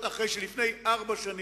אלה, מה שתיארתי, חסונים